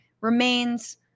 remains